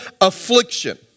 affliction